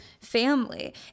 family